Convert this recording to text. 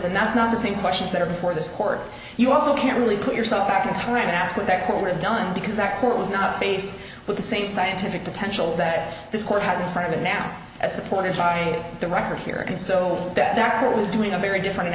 and that's not the same questions that are before this court you also you can't really put yourself back in time and ask what that court done because that court was not faced with the same scientific potential that this court has part of it now as supported by the record here and so that it was doing a very different an